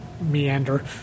meander